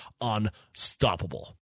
unstoppable